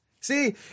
See